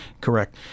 Correct